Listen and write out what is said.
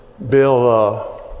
Bill